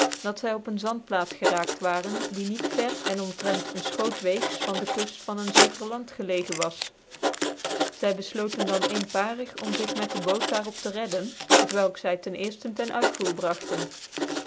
dat zy op een zandplaat geraakt waren die niet ver en omtrent een khoot weegs van dc kufl van een zeker land gelegen was zy beflootcn dan eenparig om zig met dc bood daar op te redden t welk zy ten cerftcn ter uitvoer bragtcn